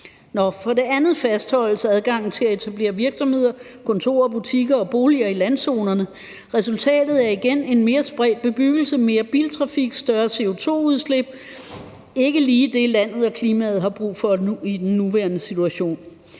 For det andet fastholdes adgang til at etablere virksomheder, kontorer, butikker og boliger i landzonerne. Resultatet er igen en mere spredt bebyggelse, mere biltrafik og et større CO2-udslip. Det er ikke lige det, landet og klimaet har brug for i den nuværende situation.